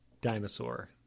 dinosaur